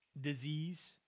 disease